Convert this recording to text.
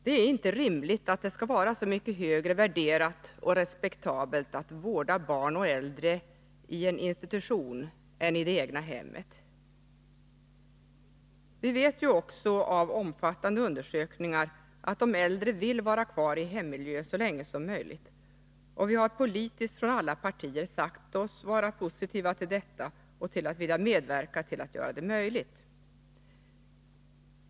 Det är inte rimligt att det skall vara så mycket högre värderat och respektabelt att vårda barn och äldre i en institution än i det egna hemmet. Vi vet ju också av omfattande undersökningar att de äldre vill vara kvar i hemmiljö så länge som möjligt, och vi har politiskt från alla partier sagt oss vara positiva till detta och till att vilja medverka till att göra det möjligt.